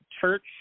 church